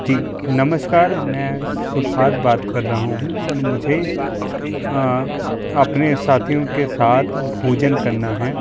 जी नमस्कार मैं सुभाष बात कर रहा हूँ और मुझे अपने साथियों के साथ भोजन करना है